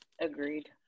Agreed